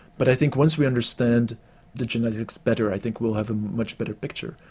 but i think once we understand the genetics better, i think we'll have a much better picture.